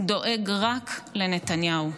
דואג רק לנתניהו,